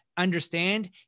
Understand